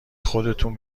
خودتون